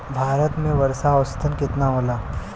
भारत में वर्षा औसतन केतना होला?